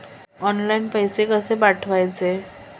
Online पैसे कशे पाठवचे?